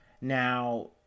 now